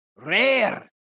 Rare